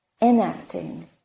enacting